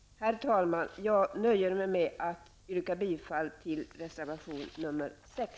Herr talman! Jag nöjer mig med att yrka bifall till reservation nr 6.